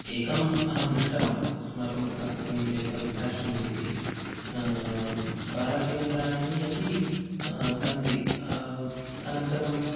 एकम् अहं दृष्टवान् अस्माकं प्रान्तसमीपे एकं वृद्धाश्रमम् इति बालकेन्द्राणि अपि सन्ति अनन्तरं